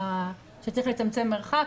שצריך לצמצם מרחק,